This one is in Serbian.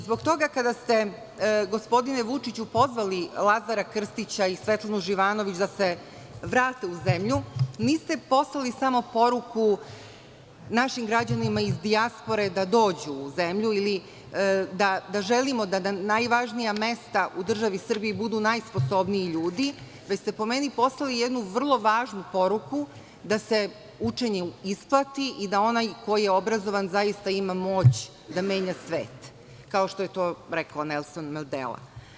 Zbog toga, kada ste, gospodine Vučiću, pozvali Lazara Krstića i Svetlanu Živanović da se vrate u zemlju, niste poslali samo poruku našim građanima iz dijaspore da dođu u zemlju ili da želimo da na najvažnija mesta u državi Srbiji budu najsposobniji ljudi, već ste, po meni, poslali jednu vrlo važnu poruku, da se učenje isplati i da onaj ko je obrazovan zaista ima moć da menja svet, kao što je to rekao Nelson Mandela.